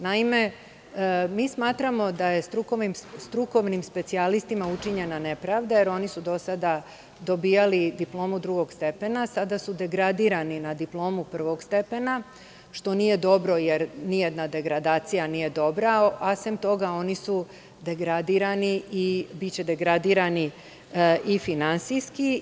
Naime, smatramo da je strukovnim specijalistima učinjena nepravda, jer oni su do sada dobijali diplomu drugog stepena, a sada su degradirani na diplomu prvog stepena, što nije dobro, jer nijedna degradacija nije dobra, a sem toga, oni su degradirani i biće degradirani finansijski.